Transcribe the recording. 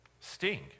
sting